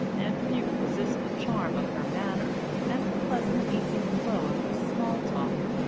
and few could resist the charm of her manner and the pleasant easy flow of her small talk.